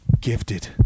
gifted